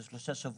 זה שלושה שבועות.